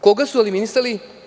Koga su eliminisali?